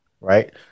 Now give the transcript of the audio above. right